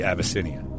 Abyssinia